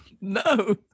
No